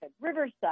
Riverside